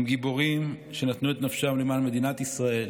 הם גיבורים שנתנו את נפשם למען מדינת ישראל,